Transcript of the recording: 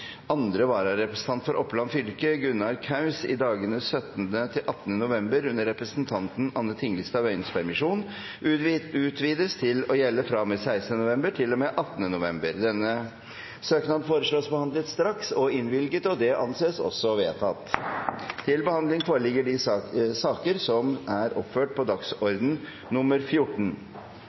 andre vararepresentant for Oppland fylke, Gunnar Kaus, i dagene 17.–18. november under representanten Anne Tingelstad Wøiens permisjon utvides til å gjelde fra og med 16. november til og med 18. november. Denne søknaden foreslås behandlet straks og innvilget. – Det anses vedtatt. Før sakene på dagens kart tas opp til behandling